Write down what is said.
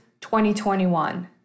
2021